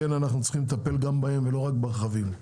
אנחנו צריכים לטפל גם בהם ולא רק ברכבים.